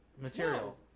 material